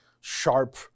sharp